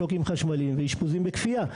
שוקים חשמלים ואשפוזים בכפייה,